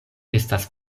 estas